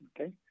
okay